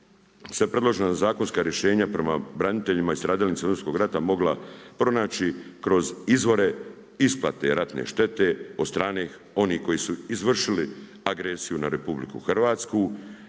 se predložena zakonska rješenja prema braniteljima i stradalnicima Domovinskog rata mogla pronaći kroz izvore isplate ratne štete od strane onih koji su izvršili agresiju na RH a